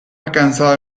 alcanzado